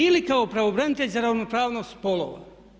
Ili kao pravobranitelj za ravnopravnost spolova.